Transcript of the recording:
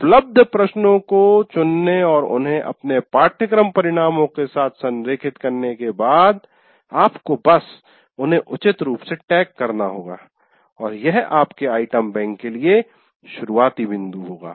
उपलब्ध प्रश्नों को चुनने और उन्हें अपने पाठ्यक्रम परिणामों के साथ संरेखित करने के बाद आपको बस उन्हें उचित रूप से टैग करना होगा और यह आपके आइटम बैंक के लिए शुरुआती बिंदु होगा